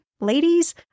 ladies